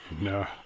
No